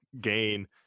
gain